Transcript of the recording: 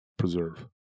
preserve